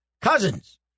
Cousins